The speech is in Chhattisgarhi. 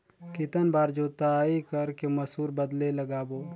कितन बार जोताई कर के मसूर बदले लगाबो?